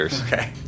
Okay